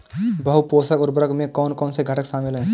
बहु पोषक उर्वरक में कौन कौन से घटक शामिल हैं?